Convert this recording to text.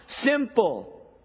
simple